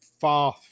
far